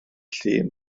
llun